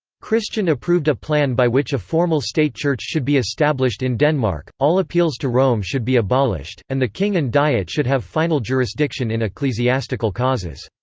christian approved a plan by which a formal state church should be established in denmark, all appeals to rome should be abolished, and the king and diet should have final jurisdiction in ecclesiastical causes.